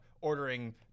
ordering